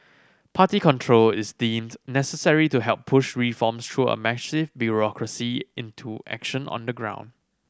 party control is deemed necessary to help push reforms through a massive bureaucracy into action on the ground